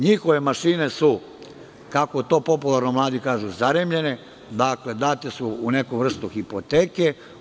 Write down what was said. Njihove mašine su, kako to popularno mladi kažu, zaremljene, date su u neku vrstu hipoteke.